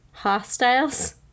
Hostiles